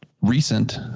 recent